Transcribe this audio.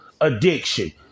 addiction